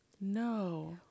No